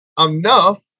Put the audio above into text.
enough